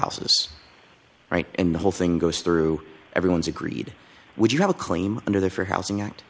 houses right and the whole thing goes through everyone's agreed would you have a claim under the for housing act